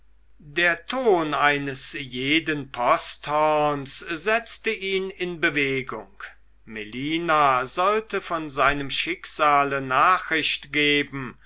der ton eines jeden posthorns setzte ihn in bewegung melina sollte von seinem schicksale nachricht geben